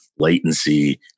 latency